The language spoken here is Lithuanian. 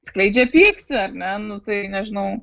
skleidžia pyktį ar ne nu tai nežinau